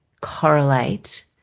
correlate